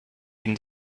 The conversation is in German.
den